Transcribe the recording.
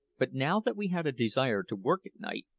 but now that we had a desire to work at night,